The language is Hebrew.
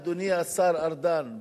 אדוני השר ארדן,